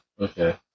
Okay